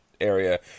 area